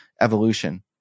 evolution